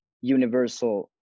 universal